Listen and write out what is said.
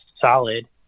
solid